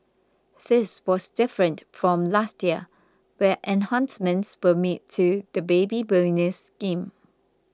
this was different from last year where enhancements were made to the Baby Bonus scheme